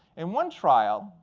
in one trial,